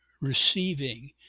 receiving